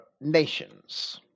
nations